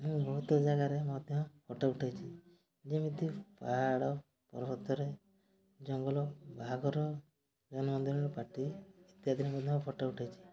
ମୁଁ ବହୁତ ଜାଗାରେ ମଧ୍ୟ ଫଟୋ ଉଠେଇଛି ଯେମିତି ପାହାଡ଼ ପର୍ବତରେ ଜଙ୍ଗଲ ବାହାଘର ଜନ୍ମଦିନ ପାର୍ଟି ଇତ୍ୟାଦି ମଧ୍ୟ ଫଟୋ ଉଠେଇଛି